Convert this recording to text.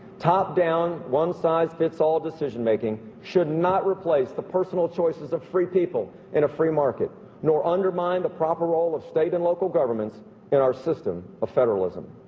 top-down one size fits all decisionmaking should not replace the personal choices of free people in a free market nor undermined the proper role of state and local governments in our system of federalism